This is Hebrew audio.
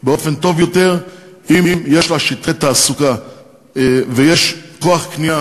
באופן טוב יותר אם יש לה שטחי תעסוקה ויש כוח קנייה,